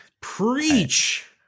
preach